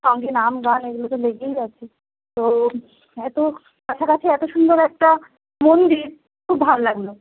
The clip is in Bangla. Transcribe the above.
সঙ্গে নাম গান এগুলো লেগেই আছে তো এত কাছাকাছি এত সুন্দর একটা মন্দির খুব ভালো লাগল